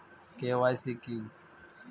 KYC কি?